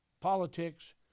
politics